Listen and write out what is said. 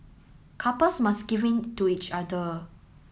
couples must give in to each other